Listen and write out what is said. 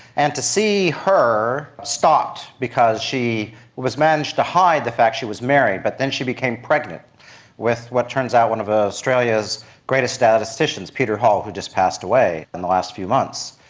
and to see her stopped because she was, she managed to hide the fact she was married but then she became pregnant with what turns out one of ah australia's greatest statisticians, peter hall, who just passed away in the last few months.